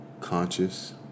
conscious